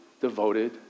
devoted